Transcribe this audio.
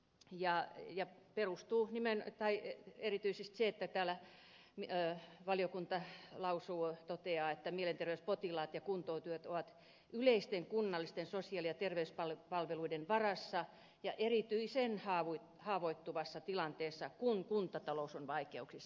ja jo perustuu nimenneet asioita erityisesti se että valiokunta toteaa että mielenterveyspotilaat ja kuntoutujat ovat yleisten kunnallisten sosiaali ja terveyspalveluiden varassa ja erityisen haavoittuvassa tilanteessa kun kuntatalous on vaikeuksissa